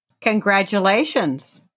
Congratulations